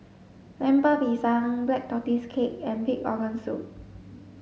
Lemper Pisang black tortoise cake and pig organ soup